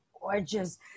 gorgeous